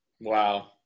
Wow